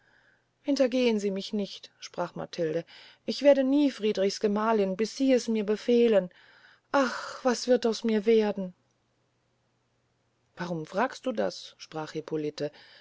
hintergehn sie mich nicht sprach matilde ich werde nie friedrichs gemahlin bis sie es mir befehlen ach was wird aus mir werden warum fragst du das sprach